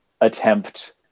attempt